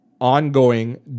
ongoing